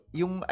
yung